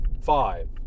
five